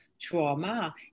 trauma